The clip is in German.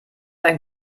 ein